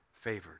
favored